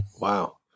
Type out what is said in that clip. Wow